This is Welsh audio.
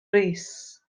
rees